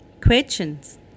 questions